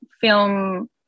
film